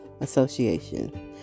association